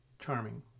charming